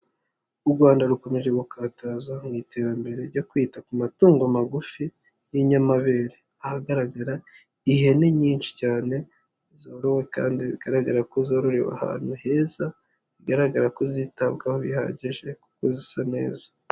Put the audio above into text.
U Rwanda rukomeje gukataza mu iterambere ryo kwita ku matungo magufi y'inyamabere, ahagaragara ihene nyinshi cyane zorowe kandi bigaragara ko zororewe ahantu heza bigaragara ko zitabwaho bihagije kuko zisa neza.